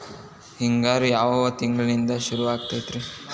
ಹಿಂಗಾರು ಯಾವ ತಿಂಗಳಿನಿಂದ ಶುರುವಾಗತೈತಿ?